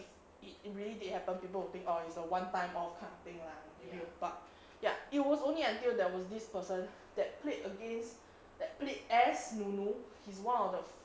it's it really did happen people think oh it's a one time off kind of thing lah but ya it was only until there was this person that played against that play as nunu he's one of the